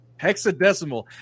Hexadecimal